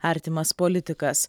artimas politikas